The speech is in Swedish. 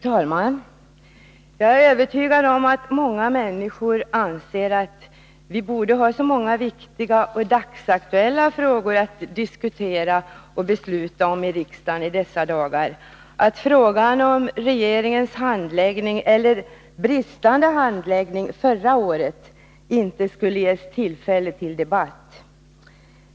Fru talman! Jag är övertygad om att många människor anser att vi borde ha så många viktiga och dagsaktuella frågor att diskutera och besluta om i riksdagen i dessa dagar, att frågan om regeringens handläggning eller bristande handläggning förra året inte skulle ge tillfälle till debatt.